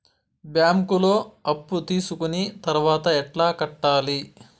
బ్యాంకులో అప్పు తీసుకొని తర్వాత ఎట్లా కట్టాలి?